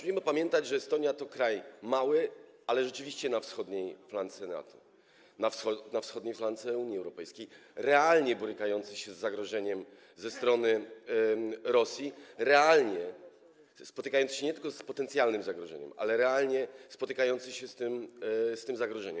Musimy pamiętać, że Estonia to kraj mały, ale rzeczywiście leżący na wschodniej flance NATO, na wschodniej flance Unii Europejskiej, realnie borykający się z zagrożeniem ze strony Rosji, realnie spotykający się nie tylko z potencjalnym zagrożeniem, ale realnie spotykający się z tym zagrożeniem.